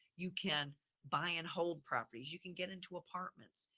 you can buy and hold properties, you can get into apartments,